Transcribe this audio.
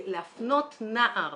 להפנות נער